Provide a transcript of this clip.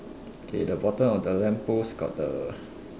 okay the bottom of the lamppost got the